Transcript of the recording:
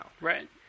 Right